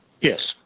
Yes